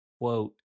quote